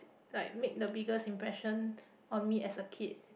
like make the biggest impression on me as a kid